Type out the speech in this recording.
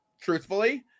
truthfully